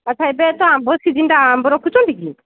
ଆଚ୍ଛା ଏବେ ତ ଆମ୍ବ ସିଜିନ୍ଟା ଆମ୍ବ ରଖୁଛନ୍ତି କି